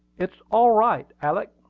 it's all right, alick.